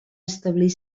establir